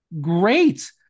great